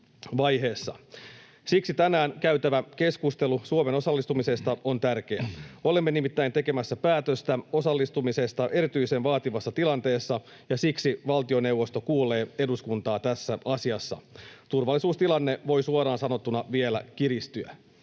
Siksi tänään käytävä keskustelu Suomen osallistumisesta on tärkeä. Olemme nimittäin tekemässä päätöstä osallistumisesta erityisen vaativassa tilanteessa, ja siksi valtioneuvosto kuulee eduskuntaa tässä asiassa. Turvallisuustilanne voi suoraan sanottuna vielä kiristyä.